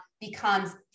becomes